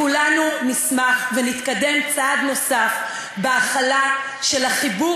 כולנו נשמח ונתקדם צעד נוסף בהחלה של החיבור